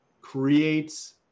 creates